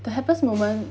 the happiest moment